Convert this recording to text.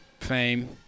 fame